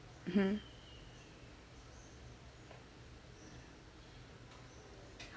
mmhmm